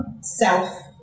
Self